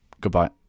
Goodbye